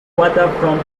waterfront